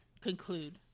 conclude